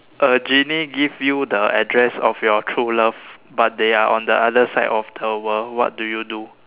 a genie give you the address of your true love but they are on the other side of the world what do you do